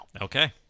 Okay